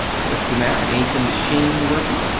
what's the matter? ain't the machine workin'?